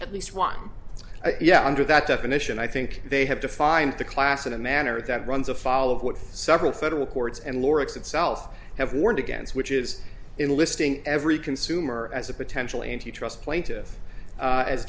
at least one yeah under that definition i think they have defined the class in a manner that runs afoul of what several federal courts and lawrence itself have warned against which is in listing every consumer as a potential antitrust plainti